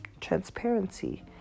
transparency